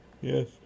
Yes